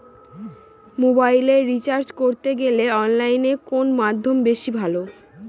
মোবাইলের রিচার্জ করতে গেলে অনলাইনে কোন মাধ্যম বেশি ভালো?